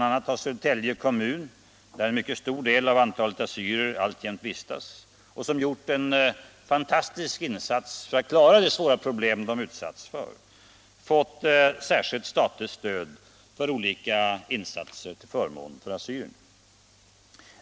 a. har Södertälje kommun, där en mycket stor del av assyrierna alltjämt vistas och som gjort en fantastisk insats för att klara de svåra problemen, fått särskilt statligt stöd för olika insatser till förmån för assyrierna.